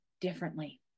differently